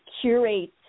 curate